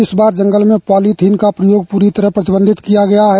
इस बार जंगल में पॉलिथीन का प्रयोग प्री तरह प्रतिबंधित किया गया है